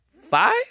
five